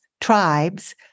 tribes